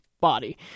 body